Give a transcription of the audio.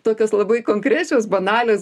tokios labai konkrečios banalios